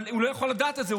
אבל הוא לא יכול לדעת את זה,